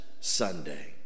Sunday